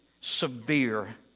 severe